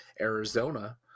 Arizona